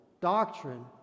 doctrine